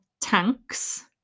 tanks